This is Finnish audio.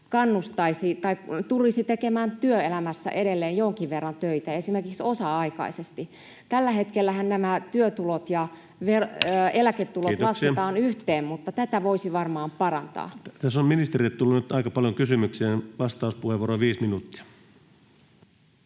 jäänyt ihminen tulisi tekemään työelämässä edelleen jonkin verran töitä esimerkiksi osa-aikaisesti? Tällä hetkellähän nämä työtulot ja [Puhemies: Kiitoksia!] eläketulot lasketaan yhteen, mutta tätä voisi varmaan parantaa. Tässä on ministerille tullut nyt aika paljon kysymyksiä. — Vastauspuheenvuoro, 5 minuuttia.